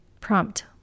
Prompt